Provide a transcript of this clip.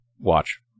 watch